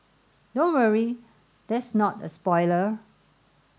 don't worry that's not a spoiler